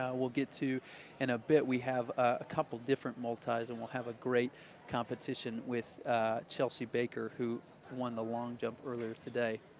we'll get to in a bit, we have a couple different multis and we'll have a great competition with chelsea baker, who won the long jump earlier today.